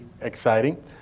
exciting